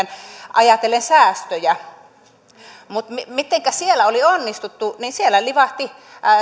ajatellen säästöjä niin mitenkä siellä oli onnistuttu siellä livahtivat